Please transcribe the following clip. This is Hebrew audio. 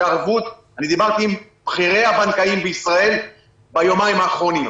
שהערבות אני דיברתי עם בכירי הבנקאים בישראל ביומיים האחרונים,